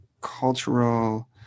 cultural